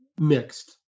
mixed